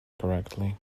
correctly